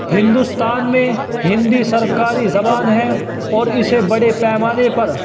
ہندوستان میں ہندی سرکاری زبان ہے اور اسے بڑے پیمانے پر